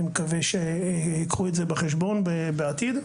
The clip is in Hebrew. אני מקווה שייקחו את זה בחשבון בעתיד.